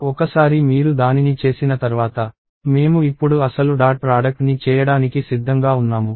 ఒకసారి మీరు దానిని చేసిన తర్వాత మేము ఇప్పుడు అసలు డాట్ ప్రాడక్ట్ ని చేయడానికి సిద్ధంగా ఉన్నాము